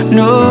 no